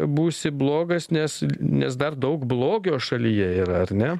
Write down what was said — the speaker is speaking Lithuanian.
būsi blogas nes nes dar daug blogio šalyje yra ar ne